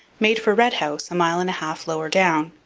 made for red house a mile and a half lower down.